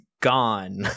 gone